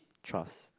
trust